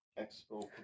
expo